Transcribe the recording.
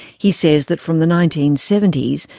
he says that from the nineteen seventy s,